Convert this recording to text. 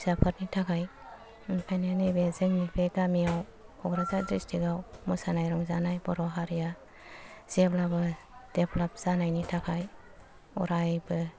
फिसाफोरनि थाखाय ओंखायनो नैबे जोंनि बे गामियाव कक्राझार दिस्थ्रिक्ट आव मोसानाय रंजानाय बर' हारिया जेब्लाबो देभलफ जानायनि थाखाय अरायबो